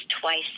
twice